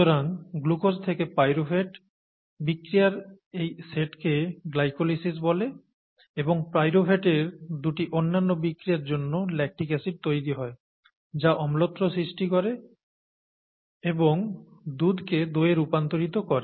সুতরাং গ্লুকোজ থেকে পাইরুভেট বিক্রিয়ার এই সেটকে গ্লাইকোলাইসিস বলে এবং পাইরুভেটের দুটি অন্যান্য বিক্রিয়ার জন্য ল্যাকটিক অ্যাসিড তৈরি হয় যা অম্লত্ব সৃষ্টি করে এবং দুধকে দইয়ে রূপান্তরিত করে